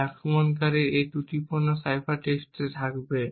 তাই আক্রমণকারীর একটি ত্রুটিপূর্ণ সাইফার টেক্সট থাকবে